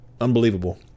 unbelievable